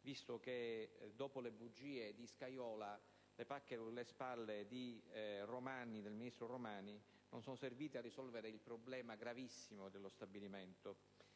visto che, dopo le bugie di Scajola, le pacche sulle spalle del ministro Romani non sono servite a risolvere il problema gravissimo dello stabilimento.